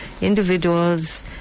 individuals